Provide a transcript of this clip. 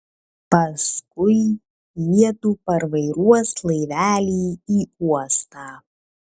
paskui jiedu parvairuos laivelį į uostą